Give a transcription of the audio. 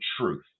truth